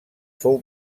fou